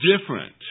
different